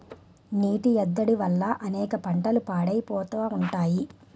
నీటి ఎద్దడి వల్ల అనేక పంటలు పాడైపోతా ఉంటాయి